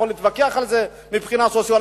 אני לא יכול להתווכח על זה מבחינה סוציולוגית,